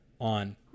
on